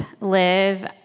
live